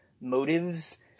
motives